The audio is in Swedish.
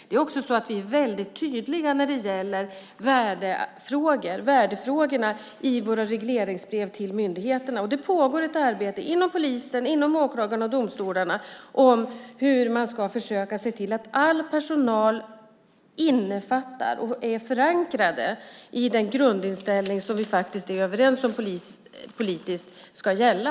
Vi är också väldigt tydliga i våra regleringsbrev till myndigheterna när det gäller värderingsfrågorna. Ett arbete pågår inom polisen, hos åklagarna och inom domstolarna kring hur man ska försöka se till att all personal innefattas och är förankrad i den grundinställning som vi politiskt faktiskt är överens om ska gälla.